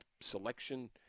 selection